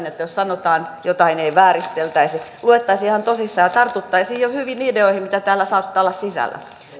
että jos sanotaan jotain ei vääristeltäisi luettaisiin ihan tosissaan ja tartuttaisiin jo hyviin ideoihin mitä täällä saattaa olla sisällä